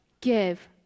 give